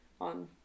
on